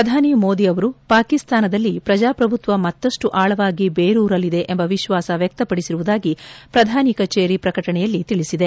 ಪ್ರಧಾನಿ ಮೋದಿ ಅವರು ಪಾಕಿಸ್ತಾನದಲ್ಲಿ ಪ್ರಜಾಪ್ರಭುತ್ವ ಮತ್ತಷ್ಟು ಆಳವಾಗಿ ಬೇರೂರಲಿದೆ ಎಂಬ ವಿಶ್ವಾಸ ವ್ಯಕ್ತಪಡಿಸಿರುವುದಾಗಿ ಪ್ರಧಾನಿ ಕಚೇರಿ ಪ್ರಕಟಣೆಯಲ್ಲಿ ತಿಳಿಸಿದೆ